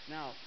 Now